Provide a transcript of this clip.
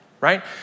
right